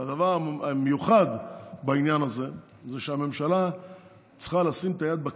הדבר המיוחד בעניין הזה זה שהממשלה צריכה לשים את היד בכיס.